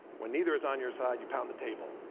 when neither is on your side, you pound the table,